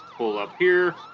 pull up here